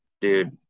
dude